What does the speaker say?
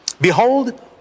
behold